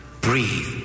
Breathe